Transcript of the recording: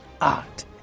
art